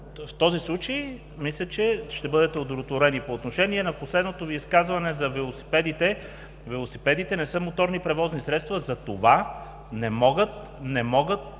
В този случай мисля, че ще бъдете удовлетворени. По отношение на последното Ви изказване за велосипедите – велосипедите не са моторни превозни средства, затова не могат